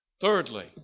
Thirdly